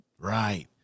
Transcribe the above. Right